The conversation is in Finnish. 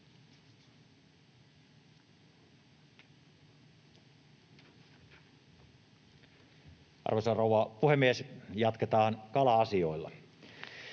Arvoisa rouva puhemies! Jatketaan kala-asioilla.